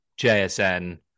JSN